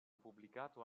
pubblicato